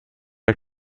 der